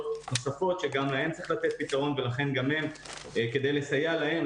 נוספות שגם להן צריך לתת פתרון כדי לסייע להן,